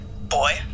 Boy